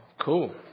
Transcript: Cool